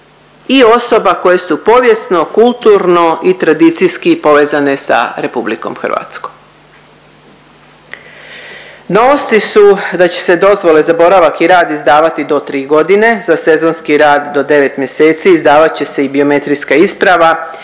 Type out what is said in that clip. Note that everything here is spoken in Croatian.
i osoba koje su povijesno, kulturno i tradicijski povezane sa RH. Novosti su da će se dozvole za boravak i rad izdavati do tri godine za sezonski rad do devet mjeseci, izdavat će se i biometrijska isprava